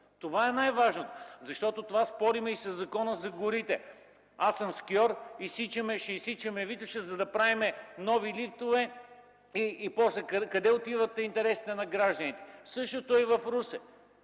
Това е най-важното. Затова спорим и за Закона за горите. Аз съм скиор – ще изсичаме Витоша, за да правим нови лифтове и после къде отиват интересите на гражданите. Същото е и в Русе.